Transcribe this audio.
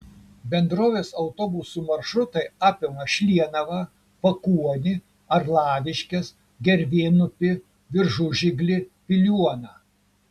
bendrovės autobusų maršrutai apima šlienavą pakuonį arlaviškes gervėnupį viršužiglį piliuoną